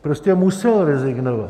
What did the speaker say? Prostě musel rezignovat.